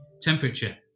temperature